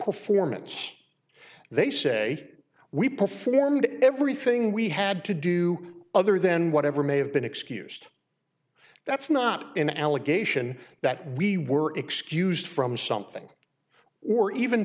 performance they say we performed everything we had to do other than whatever may have been excused that's not an allegation that we were excused from something or even